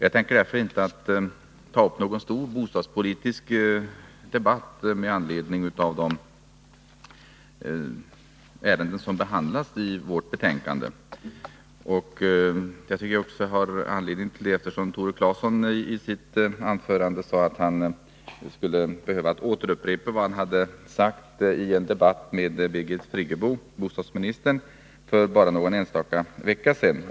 Jag tänker därför inte ta upp någon stor bostadspolitisk debatt med anledning av de ärenden som behandlas i vårt betänkande. Tore Claeson sade i sitt anförande att han skulle behöva upprepa vad han hade sagt i en debatt med bostadsministern Birgit Friggebo för bara någon vecka sedan.